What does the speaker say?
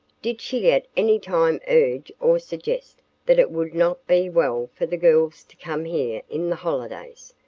did she at any time urge or suggest that it would not be well for the girls to come here in the holidays?